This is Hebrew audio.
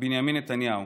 בנימין נתניהו,